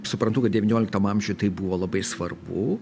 suprantu kad devynioliktam amžiuj tai buvo labai svarbu